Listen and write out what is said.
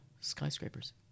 skyscrapers